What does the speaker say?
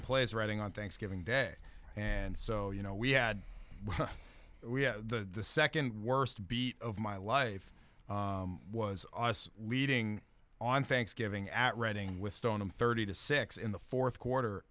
plays writing on thanksgiving day and so you know we had we had the second worst beat of my life was leading on thanksgiving at reading with stone on thirty to six in the fourth quarter